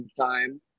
time